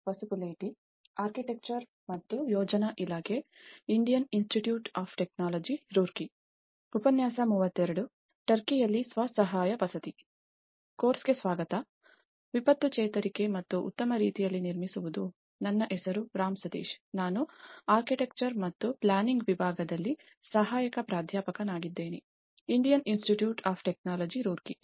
ಕೋರ್ಸ್ಗೆ ಸ್ವಾಗತ ವಿಪತ್ತು ಚೇತರಿಕೆ ಮತ್ತು ಉತ್ತಮ ರೀತಿಯಲ್ಲಿ ನಿರ್ಮಿಸುವುದು ನನ್ನ ಹೆಸರು ರಾಮ್ ಸತೀಶ್ ನಾನು ಆರ್ಕಿಟೆಕ್ಚರ್ ಮತ್ತು ಪ್ಲಾನಿಂಗ್ ವಿಭಾಗದಲ್ಲಿ ಸಹಾಯಕ ಪ್ರಾಧ್ಯಾಪಕನಾಗಿದ್ದೇನೆ Indian Institute of Technology Roorkee